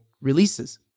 releases